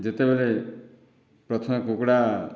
ଯେତେବେଳେ ପ୍ରଥମେ କୁକୁଡ଼ା